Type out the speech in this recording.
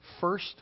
first